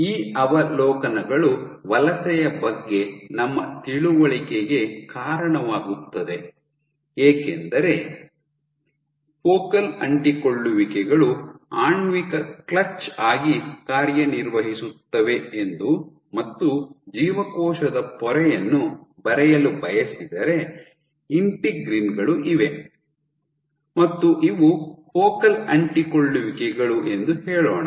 ಈ ಅವಲೋಕನಗಳು ವಲಸೆಯ ಬಗ್ಗೆ ನಮ್ಮ ತಿಳುವಳಿಕೆಗೆ ಕಾರಣವಾಗುತ್ತವೆ ಎಂದರೆ ಫೋಕಲ್ ಅಂಟಿಕೊಳ್ಳುವಿಕೆಗಳು ಆಣ್ವಿಕ ಕ್ಲಚ್ ಆಗಿ ಕಾರ್ಯನಿರ್ವಹಿಸುತ್ತವೆ ಎಂದು ಮತ್ತು ಜೀವಕೋಶದ ಪೊರೆಯನ್ನು ಬರೆಯಲು ಬಯಸಿದರೆ ಇಂಟಿಗ್ರೀನ್ ಗಳು ಇವೆ ಮತ್ತು ಇವು ಫೋಕಲ್ ಅಂಟಿಕೊಳ್ಳುವಿಕೆಗಳು ಎಂದು ಹೇಳೋಣ